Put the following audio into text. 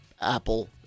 Apple